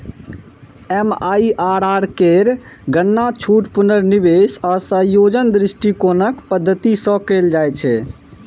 MIRR केर गणना छूट, पुनर्निवेश आ संयोजन दृष्टिकोणक पद्धति सं कैल जाइ छै